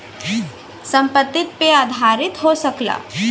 संपत्ति पे आधारित हो सकला